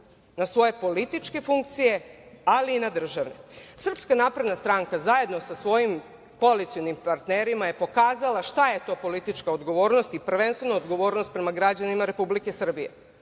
na svoje političke funkcije, ali i na državne. Srpska napredna stranka zajedno sa svojim koalicionim partnerima je pokazala šta je to politička odgovornost i prvenstveno odgovornost prema građanima Republike Srbije.